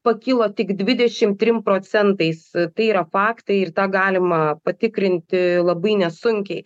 pakilo tik dvidešim trim procentais tai yra faktai ir tą galima patikrinti labai nesunkiai